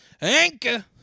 Anchor